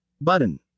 button